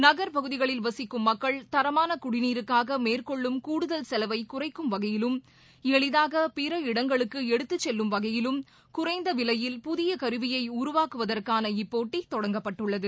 நகர் பகுதிகளில் வசிக்கும் மக்கள் தரமான குடிநீருக்காக மேற்கொள்ளும் கூடுதல் செலவை குறைக்கும் வகையிலும் எளிதாக பிற இடங்களுக்கு எடுத்து செல்லும் வகையிலும் குறைந்த விவையில் புதிய கருவியை உருவாக்குவதற்கான இப்போட்டி தொடங்கப்பட்டுள்ளது